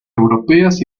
europeas